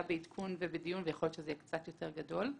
בעדכון ובדיון ויכול להיות שזה יהיה קצת יותר גדול.